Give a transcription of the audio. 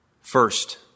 First